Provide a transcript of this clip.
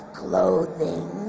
clothing